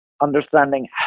understanding